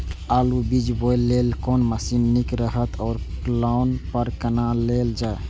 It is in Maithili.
आलु बीज बोय लेल कोन मशीन निक रहैत ओर लोन पर केना लेल जाय?